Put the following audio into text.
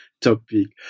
topic